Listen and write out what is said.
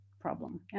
problem